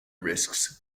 risks